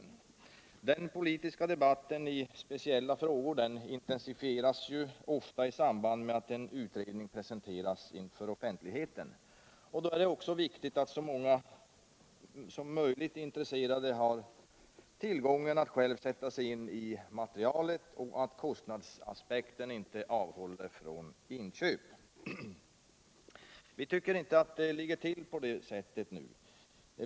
Och den politiska debatten i speciella frågor intensifieras ofta i samband med att en utredning presenteras inför offentligheten. Då är det också viktigt att så många intresserade som möjligt har tillgång till materialet och själva kan sätta sig in i det — och att kostnadsaspekten inte avhåller från inköp. Vi tycker inte att det ligger till på det sättet nu.